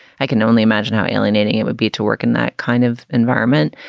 i can only imagine how alienating it would be to work in that kind of environment.